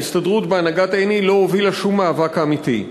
ההסתדרות בהנהגת עיני לא הובילה שום מאבק אמיתי.